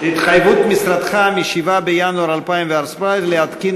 "התחייבות משרדך מ-7 בינואר 2014 להתקין